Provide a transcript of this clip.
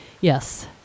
Yes